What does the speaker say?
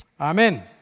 Amen